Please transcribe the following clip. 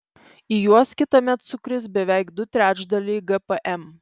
į juos kitąmet sukris beveik du trečdaliai gpm